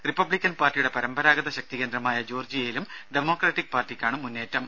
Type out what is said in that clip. Republican പാർട്ടിയുടെ പരമ്പരാഗത ശക്തി കേന്ദ്രമായ ജോർജ്ജിയയിലും ഡെമോക്രാറ്റിക് പാർട്ടിക്കാണ് മുന്നേറ്റം